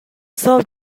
sell